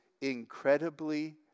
incredibly